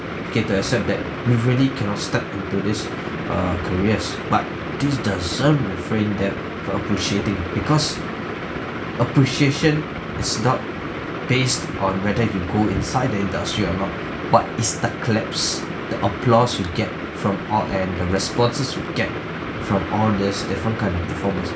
okay to accept that we really cannot step into these err careers but this doesn't refrain them from appreciating because appreciation is not based on whether you go inside the industry or not but it's the claps the applause we get from all and the responses we get from all these different kind of performance